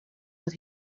that